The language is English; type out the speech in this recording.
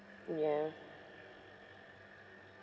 ya